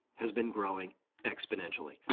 has been growing exponentially.